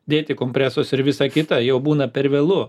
dėti kompresus ir visą kitą jau būna per vėlu